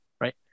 right